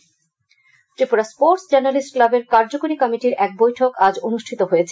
sports Tripura sports journalist ক্লাবের কার্যকরী কমিটির এক বৈঠক আজ অনুষ্ঠিত হয়েছে